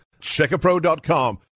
Checkapro.com